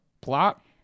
plot